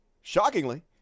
Shockingly